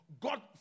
God